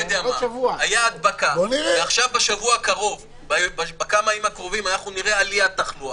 שאנחנו מבקשים להתחיל לראות